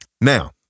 Now